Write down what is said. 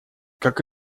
как